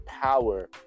power